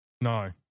No